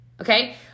Okay